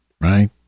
right